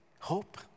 hope